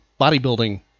bodybuilding